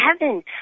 heaven